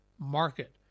market